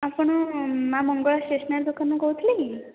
ଆପଣ ମାଁ ମଙ୍ଗଳା ଷ୍ଟେସନରୀ ଦୋକାନରୁ କହୁଥିଲେ କି